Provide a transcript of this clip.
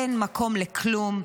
אין מקום לכלום.